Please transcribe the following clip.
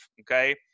Okay